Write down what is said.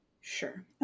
Sure